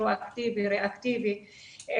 פרואקטיבי וריאקטיבי.